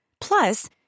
Plus